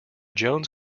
jones